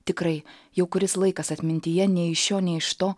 tikrai jau kuris laikas atmintyje nei iš šio nei iš to